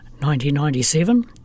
1997